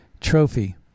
Trophy